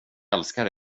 älskar